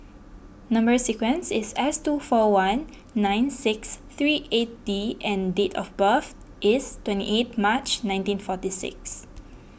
Number Sequence is S two four one nine six three eight D and date of birth is twenty eighth March nineteen forty six